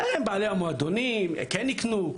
בעלי המועדונים כן יקנו לא יקנו,